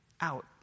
out